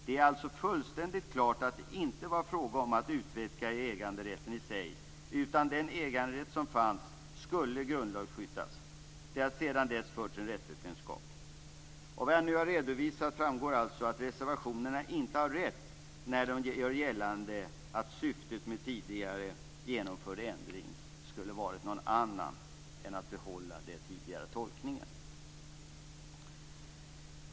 Det är alltså fullständigt klart att det inte var fråga om att utvidga äganderätten i sig, utan den äganderätt som fanns skulle grundlagsskyddas. Det har sedan dess förts en rättsvetenskaplig debatt -." Av vad jag nu har redovisat framgår att reservanterna inte har rätt när de gör gällande att syftet med tidigare genomförd ändring skulle ha varit någon annan än att behålla den tidigare tolkningen.